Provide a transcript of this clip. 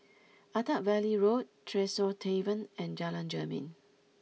Attap Valley Road Tresor Tavern and Jalan Jermin